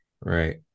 right